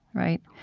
right?